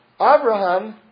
Abraham